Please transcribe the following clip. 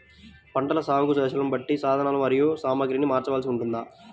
పంటల సాగు దశలను బట్టి సాధనలు మరియు సామాగ్రిని మార్చవలసి ఉంటుందా?